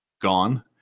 gone